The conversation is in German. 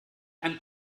einen